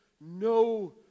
No